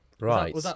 Right